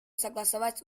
согласовать